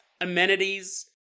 amenities